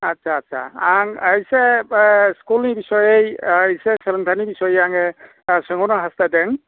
आच्चा आच्चा आं एसे स्कुलनि बागै एसे सोलोंथायनि बिसयै आङो सोंहरनो हासथायदों